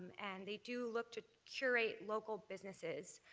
and they do look to curate local businesses,